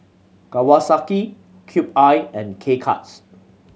Kawasaki Cube I and K Cuts